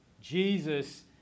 Jesus